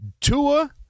Tua